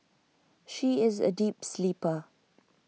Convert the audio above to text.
she is A deep sleeper